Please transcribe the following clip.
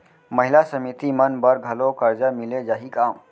महिला समिति मन बर घलो करजा मिले जाही का?